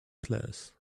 class